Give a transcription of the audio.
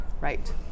Right